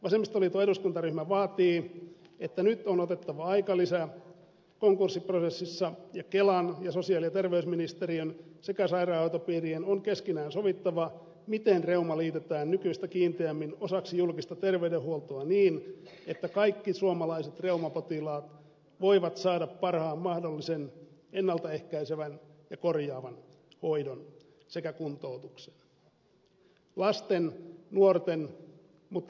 vasemmistoliiton eduskuntaryhmä vaatii että nyt on otettava aikalisä konkurssiprosessissa ja kelan ja sosiaali ja terveysministeriön sekä sairaanhoitopiirien on keskenään sovittava miten reuma liitetään nykyistä kiinteämmin osaksi julkista terveydenhuoltoa niin että kaikki suomalaiset reumapotilaat voivat saada parhaan mahdollisen ennalta ehkäisevän ja korjaavan hoidon sekä kuntoutuksen